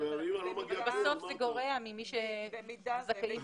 אבל יוצא שהם לא מקבלים.